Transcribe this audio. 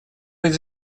быть